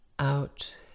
Out